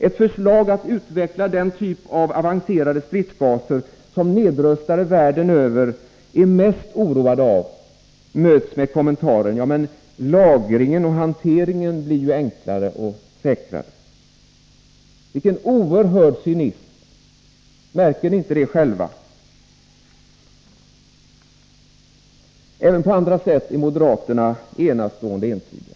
Ett förslag att utveckla den typ av avancerade stridsgaser som nedrustare världen över är mest oroade av möts alltså av kommentaren att lagringen och hanteringen blir enklare och säkrare. Vilken oerhörd cynism! Märker ni inte det själva? Även på andra sätt är moderaterna enastående ensidiga.